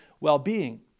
well-being